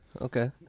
okay